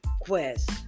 quest